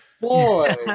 Boy